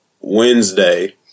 Wednesday